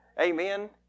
Amen